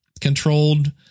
controlled